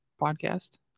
podcast